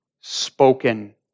spoken